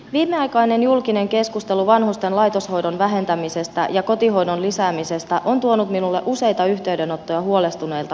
viimeaikainen julkinen keskustelu vanhusten laitoshoidon vähentämisestä ja kotihoidon lisäämisestä on tuonut minulle useita yhteydenottoja huolestuneilta hoitajilta